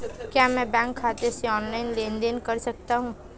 क्या मैं बैंक खाते से ऑनलाइन लेनदेन कर सकता हूं?